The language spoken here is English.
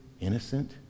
innocent